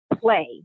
play